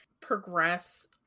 progress